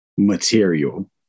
material